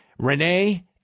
Renee